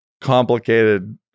complicated